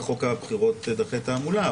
בבחירות האחרונות,